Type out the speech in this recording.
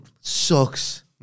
sucks